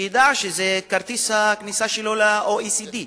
שידע שזה כרטיס הכניסה שלו ל-OECD.